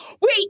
Wait